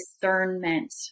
discernment